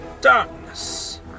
darkness